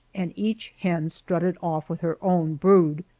and each hen strutted off with her own brood.